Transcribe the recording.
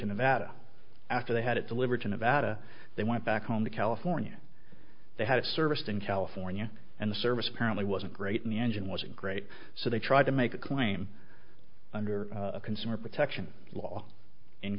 to nevada after they had it delivered to nevada they went back home to california they had a serviced in california and the service apparently wasn't great and the engine was a great so they tried to make a claim under a consumer protection law in